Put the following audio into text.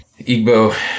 Igbo